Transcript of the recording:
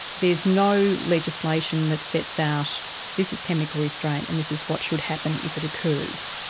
there is no legislation that sets out this is chemical restraint and this is what should happen if it occurs.